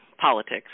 politics